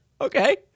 Okay